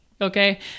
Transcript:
okay